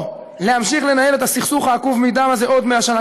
או להמשיך לנהל את הסכסוך העקוב מדם הזה עוד 100 שנה,